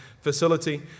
facility